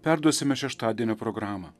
perduosime šeštadienio programą